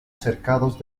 cercados